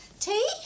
tea